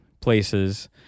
places